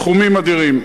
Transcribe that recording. סכומים אדירים.